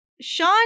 Sean